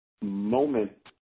moment